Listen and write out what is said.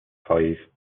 five